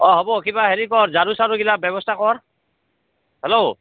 অঁ হ'ব কিবা হেৰি কৰ ঝাৰু চাৰু গিলা ব্যৱস্থা কৰ হেল্ল'